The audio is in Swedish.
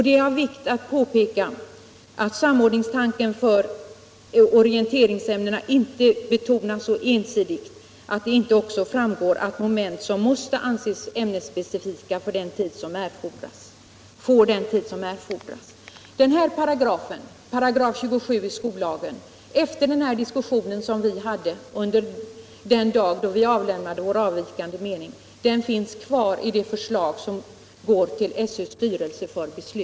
Det är av vikt att påpeka att samordningstanken för orienteringsämnena inte skall betonas så ensidigt att det inte också framgår att moment som måste anses ämnesspecifika får den tid som erfordras. Efter den diskussion vi hade den dag då vi avlämnade vår avvikande mening finns 27 § kvar i det förslag som går till SÖ:s styrelse för beslut.